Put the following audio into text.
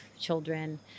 children